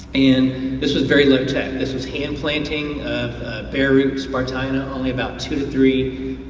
and this was very low tech. this was hand planting of bare root spartina, only about two or three